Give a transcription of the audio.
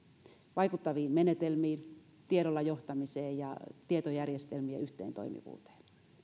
vaikuttaviin menetelmiin tiedolla johtamiseen ja tietojärjestelmien yhteentoimivuuteen